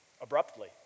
abruptly